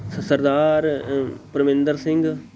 Sardar Parminder Singh